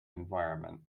environment